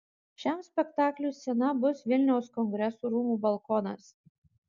šiam spektakliui scena bus vilniaus kongresų rūmų balkonas